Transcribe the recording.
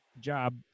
job